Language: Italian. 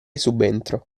subentro